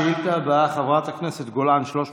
השאילתה הבאה, חברת הכנסת גולן, מס'